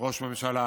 ראש ממשלה,